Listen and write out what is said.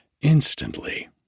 Instantly